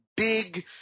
big